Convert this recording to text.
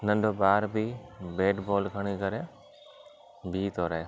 नंढो ॿार बि बेट बॉल खणी करे बीहु थो रहे